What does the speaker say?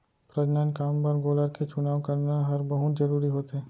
प्रजनन काम बर गोलर के चुनाव करना हर बहुत जरूरी होथे